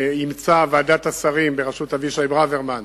ועדת השרים בראשות אבישי ברוורמן